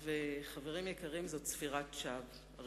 חברים יקרים, זו צפירת שווא.